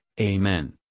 Amen